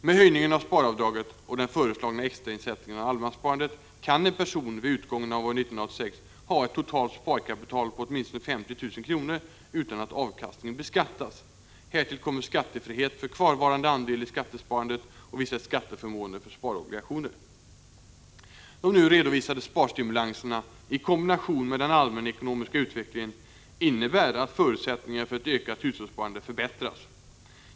Med höjningen av sparavdraget och den föreslagna extrainsättningen i allemanssparandet kan en person vid utgången av år 1986 ha ett totalt sparkapital på åtminstone 50 000 kr. utan att avkastningen beskattas. Härtill kommer skattefrihet för kvarvarande andel i skattesparandet och vissa skatteförmåner för sparobligationer. De nu redovisade sparstimulanserna i kombination med den allmänekonomiska utvecklingen innebär att förutsättningarna för ett ökat hushållssparande förbättras.